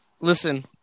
listen